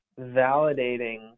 validating